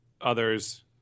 others